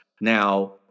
now